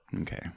Okay